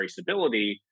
traceability